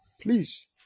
Please